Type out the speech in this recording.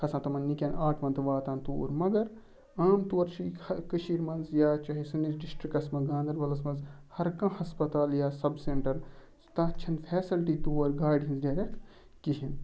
کھَسان تِمَن نِکٮ۪ن آٹوَن تہِ واتان توٗر مگر عام طور چھِ کٔشیٖرِ منٛز یا چاہے سٲنِس ڈِسٹرکَس منٛز گاندَربَلَس مَنٛز ہر کانٛہہ ہَسپَتال یا سَب سینٹَر تَتھ چھَنہٕ فیسَلٹی تور گاڑِ ہِنٛز ڈرٛیکٹ کِہیٖنۍ